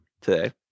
today